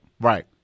Right